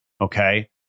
Okay